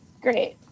Great